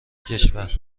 کشور